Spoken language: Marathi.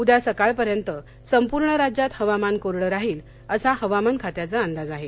उद्या सकाळपर्यंत संपूर्ण राज्यात हवामान कोरडं राहील असा हवामान खात्याचा अंदाज आहे